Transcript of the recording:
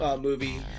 movie